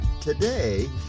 today